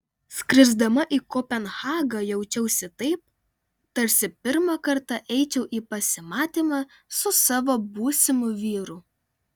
skrisdama į kopenhagą jaučiausi taip tarsi pirmą kartą eičiau į pasimatymą su savo būsimu vyru